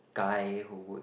guy who would